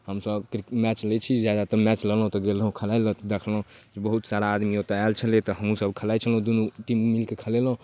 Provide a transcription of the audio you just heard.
हमसभ मैच लै छी जादातर मैच लेलहुँ तऽ गेलहुँ खेलाइलए तऽ देखलहुँ बहुत सारा आदमी ओतऽ आएल छलै तऽ हमहूँसभ खेलाइ छलहुँ दुनू तीनू मिलकऽ खेलेलहुँ